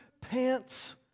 pants